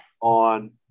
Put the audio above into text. on